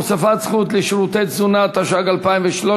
(תיקון, הוספת זכות לשירותי תזונה), התשע"ג 2013,